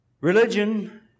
Religion